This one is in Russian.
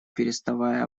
переставая